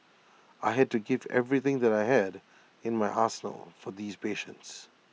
I had to give everything that I had in my arsenal for these patients